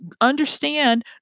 Understand